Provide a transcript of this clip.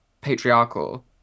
patriarchal